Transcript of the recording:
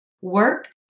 work